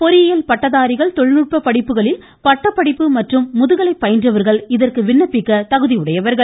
பொறியியல் பட்டதாரிகள் தொழில்நுட்ப படிப்புகளில் பட்டப்படிப்பு மற்றும் முதுகலை பயின்றவர்கள் இதற்கு விண்ணப்பிக்க தகுதியுடையவர்கள்